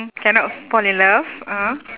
cannot fall in love (uh huh)